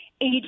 age